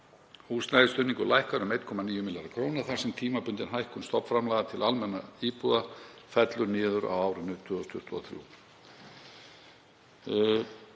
Húsnæðisstuðningur lækkar um 1,9 milljarða kr. þar sem tímabundin hækkun stofnframlaga til almennra íbúða fellur niður á árinu 2023.